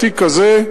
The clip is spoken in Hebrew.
התיק זה,